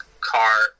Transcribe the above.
car